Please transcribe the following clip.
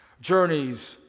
Journeys